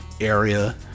area